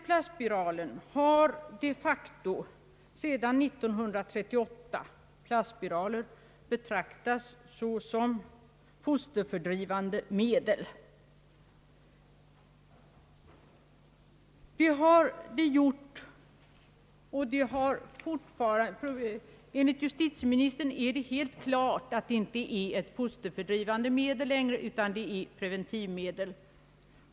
Plastspiralen har de facto sedan 1938 betraktats som ett fosterfördrivande medel. Enligt justitieministern är det helt klart att plastspiralen inte längre är ett fosterfördrivande medel utan ett preventivmedel.